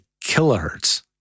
kilohertz